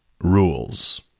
rules